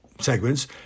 segments